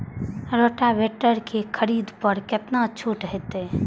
Rotavator के खरीद पर केतना छूट होते?